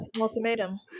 Ultimatum